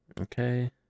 Okay